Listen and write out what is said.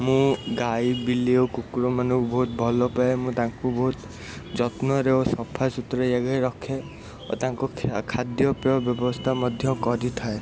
ମୁଁ ଗାଈ ବିଲେଇ ଓ କୁକୁର ମାନଙ୍କୁ ବହୁତ ଭଲପାଏ ମୁଁ ତାଙ୍କୁ ବହୁତ ଯତ୍ନରେ ଓ ସଫାସୁତୁରା ଜାଗାରେ ରଖେ ଓ ତାଙ୍କୁ ଖାଦ୍ୟପେୟ ବ୍ୟବସ୍ଥା ମଧ୍ୟ କରିଥାଏ